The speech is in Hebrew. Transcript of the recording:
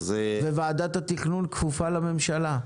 ועדת התכנון כפופה לממשלה.